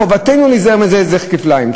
חובתנו להיזהר מזה כפליים.